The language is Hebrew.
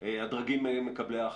הדרגים מקבלי ההחלטות?